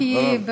בבקשה, גברתי.